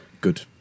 good